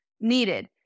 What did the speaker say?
needed